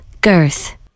girth